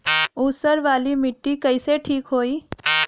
ऊसर वाली मिट्टी कईसे ठीक होई?